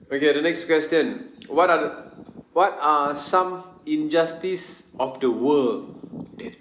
okay the next question what are the what are some injustice of the world that